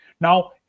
now